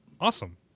Awesome